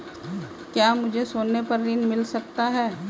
क्या मुझे सोने पर ऋण मिल सकता है?